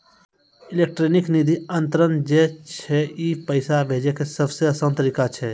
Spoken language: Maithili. इलेक्ट्रानिक निधि अन्तरन जे छै ई पैसा भेजै के सभ से असान तरिका छै